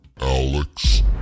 Alex